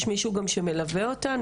יש מישהו שמלווה אותן?